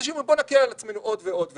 אנשים אומרים: בואו נקל על עצמנו עוד ועוד ועוד.